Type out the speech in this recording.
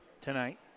tonight